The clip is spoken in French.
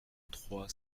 trois